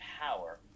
power